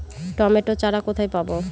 Tomato চারা কোথায় পাবো?